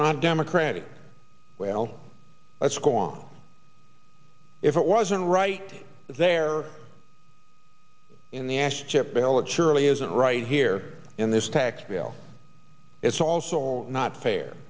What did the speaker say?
non democratic well let's go on if it wasn't right there in the ash chip bill it surely isn't right here in this tax bill it's also not fair